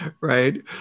Right